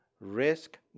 risk